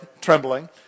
trembling